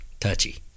touchy